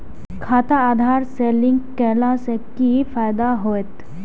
खाता आधार से लिंक केला से कि फायदा होयत?